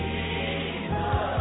Jesus